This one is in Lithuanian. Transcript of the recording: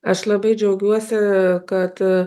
aš labai džiaugiuosi kad